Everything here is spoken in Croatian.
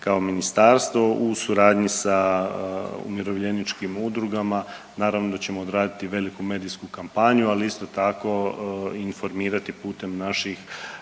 kao ministarstvo u suradnji sa umirovljeničkim udrugama, naravno da ćemo odraditi veliku medijsku kampanju, ali isto tko informirati putem naših